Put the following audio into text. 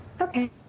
Okay